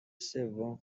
سوم